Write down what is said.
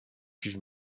cuve